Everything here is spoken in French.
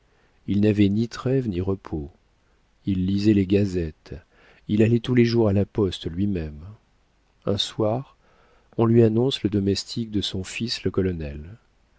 il n'avait ni trêve ni repos il lisait les gazettes il allait tous les jours à la poste lui-même un soir on lui annonce le domestique de son fils le colonel